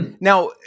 Now